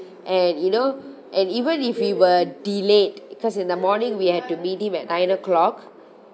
and you know and even if we were delayed because in the morning we had to meet him at nine o'clock